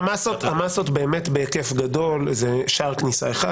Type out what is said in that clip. המסות הן בהיקף גדול משער כניסה אחד,